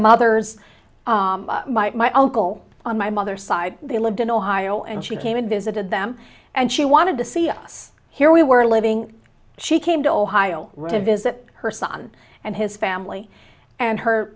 mother's my uncle on my mother's side they lived in ohio and she came and visited them and she wanted to see us here we were living she came to ohio rid of is that her son and his family and her